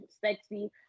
sexy